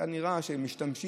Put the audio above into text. היה נראה שמשתמשים,